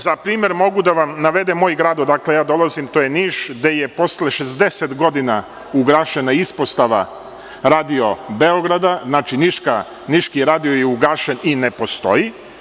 Za primer mogu da vam navedem moj grad, odakle ja dolazim, Niš, gde je posle 60 godina ugašena ispostava Radio-Beograda, znači, niški radio je ugašen i ne postoji.